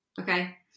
Okay